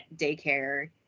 daycare